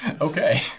Okay